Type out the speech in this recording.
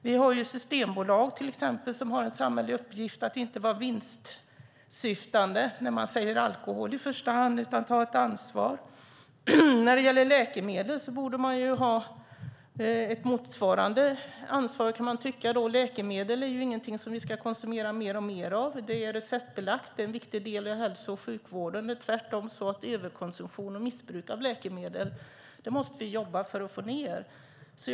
Vi har till exempel Systembolaget, som har en samhällelig uppgift att inte i första hand vara vinstsyftande när det säljer alkohol utan ta ett ansvar. När det gäller läkemedel borde det finnas ett motsvarande ansvar, kan man tycka. Läkemedel är ingenting vi ska konsumera mer och mer av - det är receptbelagt och en viktig del av hälso och sjukvården, och det är tvärtom så att vi måste jobba för att få ned överkonsumtion och missbruk av läkemedel.